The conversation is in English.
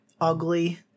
ugly